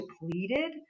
depleted